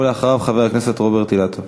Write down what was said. ואחריו, חבר הכנסת רוברט אילטוב.